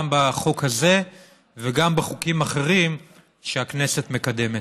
גם בחוק הזה וגם בחוקים אחרים שהכנסת מקדמת.